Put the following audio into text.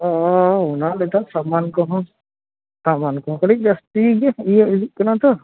ᱚᱱᱟᱞᱮᱠᱟ ᱥᱟᱢᱟᱱᱠᱚᱦᱚᱸ ᱥᱟᱢᱟᱱᱠᱚᱦᱚᱸ ᱠᱟᱹᱴᱤᱡ ᱡᱟᱹᱥᱛᱤᱜᱮ ᱤᱭᱟᱹ ᱤᱫᱤᱜ ᱠᱟᱱᱟ ᱛᱚ